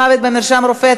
מוות במרשם רופא),